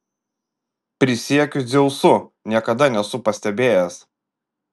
prisiekiu dzeusu niekada nesu pastebėjęs